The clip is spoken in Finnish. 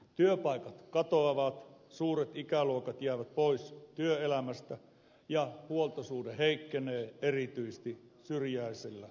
työpaikat katoavat suuret ikäluokat jäävät pois työelämästä ja huoltosuhde heikkenee erityisesti syrjäisillä maaseutualueilla